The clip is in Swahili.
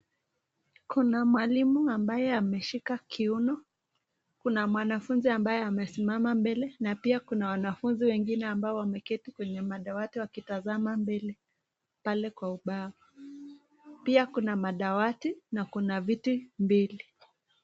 Kuna mwalimu ambaye ameshika kiuno Kuna mwanafunzi ambaye amesimama mbele na pia kuna wanafunzi wengine wameketi kwenye madawadi wakitasama mbele pale kwa ubao pia kuna madawadi na kuna viti mbili.